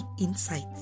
Insights